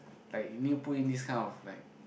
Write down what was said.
like you need to put in this kind of like